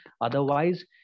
otherwise